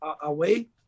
away